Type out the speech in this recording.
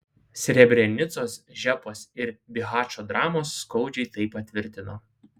srebrenicos žepos ir bihačo dramos skaudžiai tai patvirtino